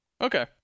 Okay